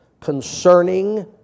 concerning